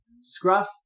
Scruff